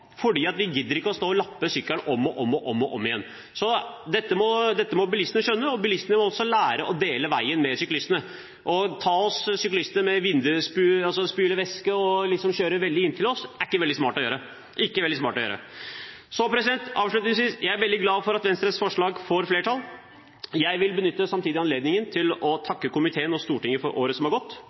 fordi ikke alle kommuner er like flinke til å feie. Når det ligger strødd småsand bortover, er det første som skjer, når man kommer med disse tynne racerhjulene, at man punkterer. Så det er derfor vi sykler ut i banen, for vi gidder ikke å stå og lappe sykkelen om og om og om igjen. Dette må bilistene skjønne, og bilistene må også lære å dele veien med syklistene. Å «ta» oss syklistene med vindusspylervæske og kjøre veldig inntil oss er ikke veldig smart å gjøre. Avslutningsvis: Jeg er veldig glad for at Venstres forslag får flertall. Jeg vil samtidig